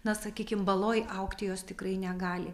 na sakykim baloj augti jos tikrai negali